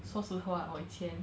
说实话我以前